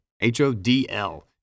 H-O-D-L